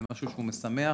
זה משהו שהוא משמח.